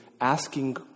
asking